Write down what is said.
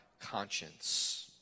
conscience